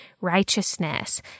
righteousness